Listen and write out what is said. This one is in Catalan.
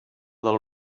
del